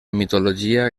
mitologia